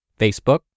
Facebook